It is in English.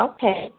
Okay